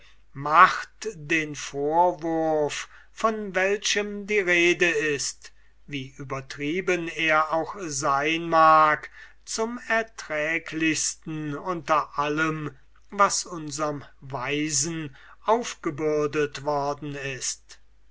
macht den vorwurf von welchem die rede ist so übertrieben er auch sein mag zum erträglichsten unter allem was unserm weisen aufgebürdet worden läßt